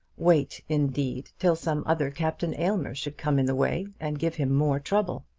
wait, indeed, till some other captain aylmer should come in the way and give him more trouble!